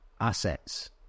assets